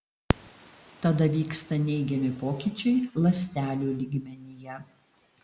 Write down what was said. tada vyksta neigiami pokyčiai ląstelių lygmenyje